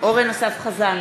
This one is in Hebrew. אורן אסף חזן,